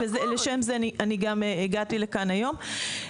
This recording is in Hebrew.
ולשם זה אני גם הגעתי לכאן היום.